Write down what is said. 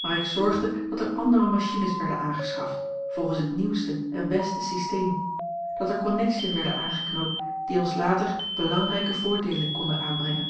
maar ik zorgde dat er andere machines werden aangeschaft volgens het nieuwste en beste systeen dat er connectiën werden aangeknoopt die ons later belangrijke voordeelen konden aanbrengen